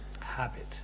habit